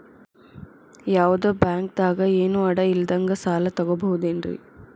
ಯಾವ್ದೋ ಬ್ಯಾಂಕ್ ದಾಗ ಏನು ಅಡ ಇಲ್ಲದಂಗ ಸಾಲ ತಗೋಬಹುದೇನ್ರಿ?